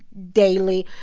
daily,